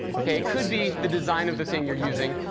ok? it could be the design of the thing you're using.